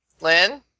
Lynn